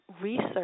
research